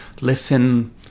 listen